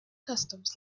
customs